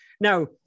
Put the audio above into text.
Now